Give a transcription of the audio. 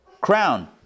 crown